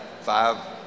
Five